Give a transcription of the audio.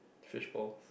switch ball